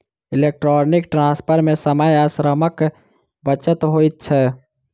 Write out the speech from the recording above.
electronic transfer मे समय आ श्रमक बचत होइत छै